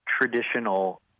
traditional